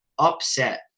upset